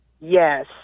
Yes